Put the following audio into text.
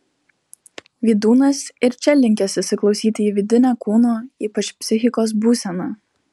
vydūnas ir čia linkęs įsiklausyti į vidinę kūno ypač psichikos būseną